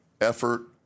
effort